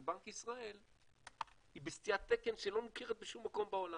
בנק ישראל היא בסטיית תקן שלא מוכרת בעולם,